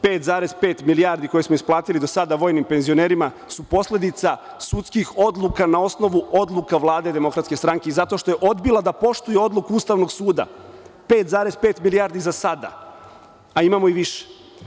Pet zarez pet milijardi koje smo isplatili do sada vojnim penzionerima su posledica sudskih odluka na osnovu odluka vlade Demokratske stranke zato što je odbila da poštuje odluku Ustavnog suda 5,5 milijardi za sada a imamo i više.